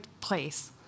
place